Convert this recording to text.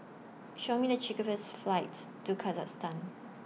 Show Me The cheapest flights to Kyrgyzstan